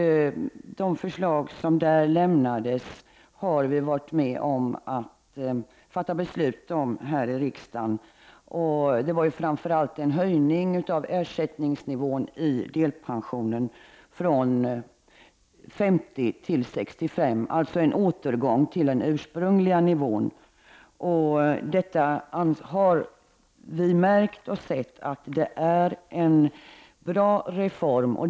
De förslag som där lämnades har vi fattat beslut om här i riksdagen. Det gällde framför allt höjningen av ersättningsnivån i delpensionen från 50 till 65 26, alltså en återgång till den ursprungliga nivån. Vi har märkt och sett att det var en bra reform.